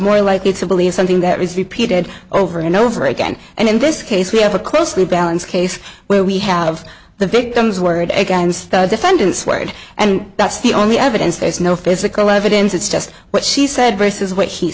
more likely to believe something that is repeated over and over again and in this case we have a closely balance case where we have the victim's word against the defendant's wired and that's the only evidence there is no physical evidence it's just what she said versus what he